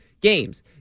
games